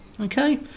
okay